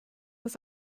aus